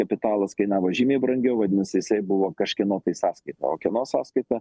kapitalas kainavo žymiai brangiau vadinasi jisai buvo kažkieno tai sąskaita o kieno sąskaita